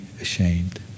ashamed